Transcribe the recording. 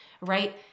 right